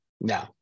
No